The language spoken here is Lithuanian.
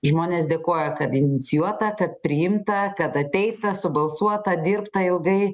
žmonės dėkoja kad inicijuota kad priimta kad ateita subalsuota dirbta ilgai